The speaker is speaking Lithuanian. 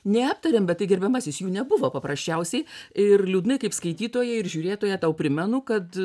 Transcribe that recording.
neaptarėm bet tai gerbiamasis jų nebuvo paprasčiausiai ir liūdnai kaip skaitytoja ir žiūrėtoja tau primenu kad